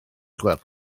gwelwch